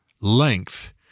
length